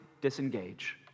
disengage